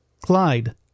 Clyde